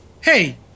Hey